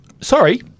Sorry